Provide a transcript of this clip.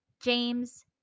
James